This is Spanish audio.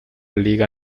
liga